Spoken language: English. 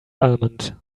almond